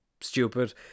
stupid